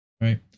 Right